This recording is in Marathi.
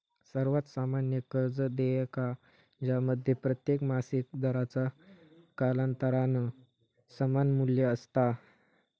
सर्वात सामान्य कर्ज देयका ज्यामध्ये प्रत्येक मासिक दराचा कालांतरान समान मू्ल्य असता